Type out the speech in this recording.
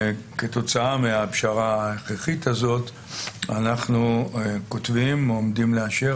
כתוצאה מהפשרה הכרחית הזאת אנחנו כותבים או עומדים לאשר,